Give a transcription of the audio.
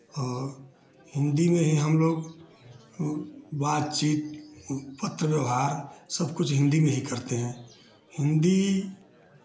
और हिन्दी में ही हमलोग बातचीत पत्र व्यवहार सब कुछ हिन्दी में ही करते हैं हिन्दी